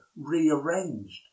rearranged